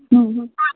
ହୁଁ